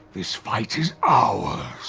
this fight is ours!